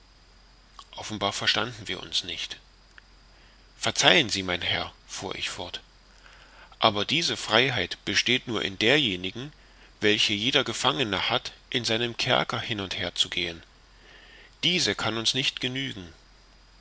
offenbar verstanden wir uns nicht verzeihen sie mein herr fuhr ich fort aber diese freiheit besteht nur in derjenigen welche jeder gefangene hat in seinem kerker hin und herzugehen diese kann uns nicht genügen